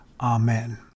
Amen